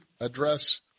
address